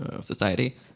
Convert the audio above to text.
society